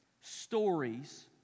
stories